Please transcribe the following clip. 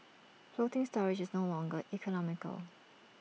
floating storage is no longer economical